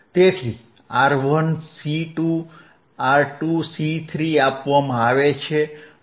તેથી R1 C2 R2 C3 આપવામાં આવે છે